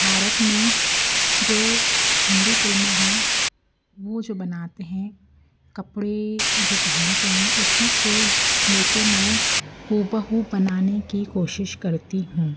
भारत में जो हिन्दी फिल्में हैं वो जो बनाते हैं कपड़े जो पहनते हैं उसी को ले कर मैं हूबहू बनाने की कोशिश करती हूँ